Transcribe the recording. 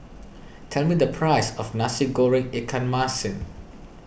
tell me the price of Nasi Goreng Ikan Masin